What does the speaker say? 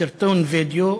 בסרטון וידיאו